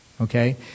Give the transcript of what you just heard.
okay